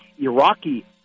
Iraqi